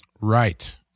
Right